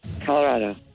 Colorado